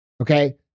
okay